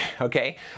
Okay